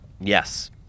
Yes